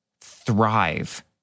thrive